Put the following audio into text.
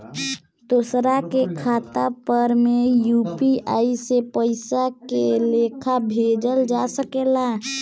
दोसरा के खाता पर में यू.पी.आई से पइसा के लेखाँ भेजल जा सके ला?